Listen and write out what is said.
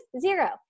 zero